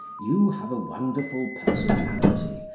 you have a wonderful personality.